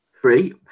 three